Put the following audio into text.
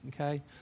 okay